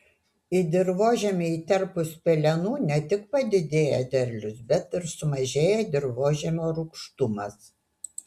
į dirvožemį įterpus pelenų ne tik padidėja derlius bet ir sumažėja dirvožemio rūgštumas